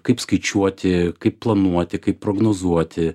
kaip skaičiuoti kaip planuoti kaip prognozuoti